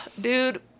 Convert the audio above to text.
Dude